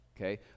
Okay